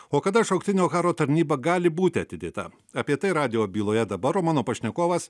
o kada šauktinio karo tarnyba gali būti atidėta apie tai radijo byloje dabar o mano pašnekovas